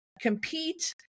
compete